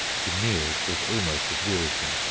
to kneel was almost as wearisome.